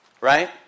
Right